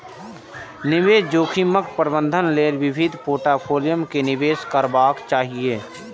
निवेश जोखिमक प्रबंधन लेल विविध पोर्टफोलियो मे निवेश करबाक चाही